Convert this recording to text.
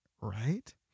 right